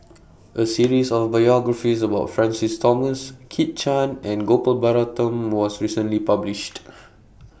A series of biographies about Francis Thomas Kit Chan and Gopal Baratham was recently published